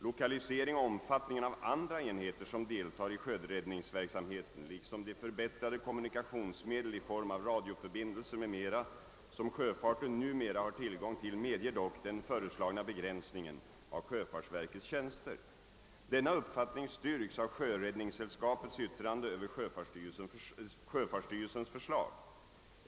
Lokaliseringen och omfattningen av andra enheter som deltar i sjöräddningsverksamheten liksom de förbättrade kommunikationsmedel i form av radioförbindelser m.m. som sjöfarten numera har tillgång till medger dock den föreslagna begränsningen av sjöfartsverkets tjänster. Denna uppfattning styrks av Sjöräddningssällskapets yttrande över sjöfartsstyrelsens förslag.